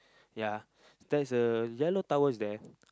ya there is a yellow tower is there